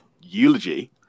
eulogy